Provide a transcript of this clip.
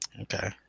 Okay